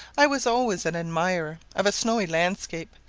i was always an admirer of a snowy landscape,